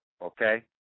okay